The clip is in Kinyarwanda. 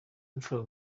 imfura